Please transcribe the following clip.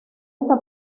esta